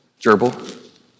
Gerbil